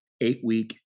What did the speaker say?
eight-week